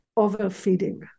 overfeeding